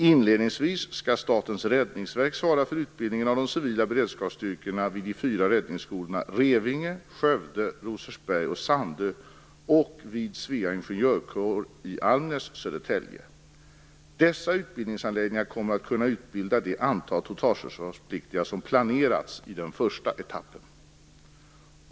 Inledningsvis skall Statens räddningsverk svara för utbildningen av de civila beredskapsstyrkorna vid de fyra räddningsskolorna Revinge, Skövde, Rosersberg och Sandö och vid Svea ingenjörkår i Almnäs, Södertälje. Dessa utbildningsanläggningar kommer att kunna utbilda det antal totalförsvarspliktiga som planerats i den första etappen.